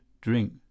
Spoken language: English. drink